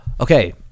Okay